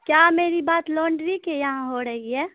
کیا میری بات لانڈری کے یہاں ہو رہی ہے